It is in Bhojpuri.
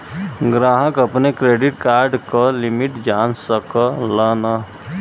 ग्राहक अपने क्रेडिट कार्ड क लिमिट जान सकलन